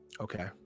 Okay